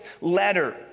letter